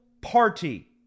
party